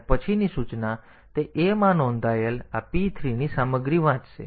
અને પછીની સૂચના તે a માં નોંધાયેલ આ p 3 ની સામગ્રી વાંચશે